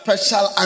Special